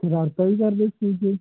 ਸ਼ਰਾਰਤਾਂ ਵੀ ਕਰਦਾ ਹੈ ਸਕੂਲ 'ਚ